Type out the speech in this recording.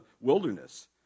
wilderness